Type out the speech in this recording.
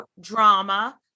drama